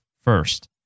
first